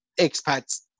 expats